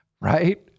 right